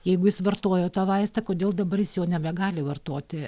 jeigu jis vartojo tą vaistą kodėl dabar jis jo nebegali vartoti